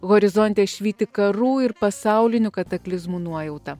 horizonte švyti karų ir pasaulinių kataklizmų nuojauta